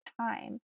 time